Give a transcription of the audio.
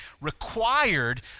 required